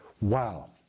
Wow